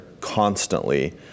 constantly